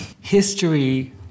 history